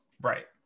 Right